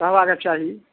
रहबाके चाही